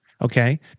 Okay